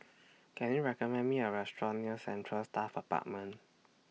Can YOU recommend Me A Restaurant near Central Staff Apartment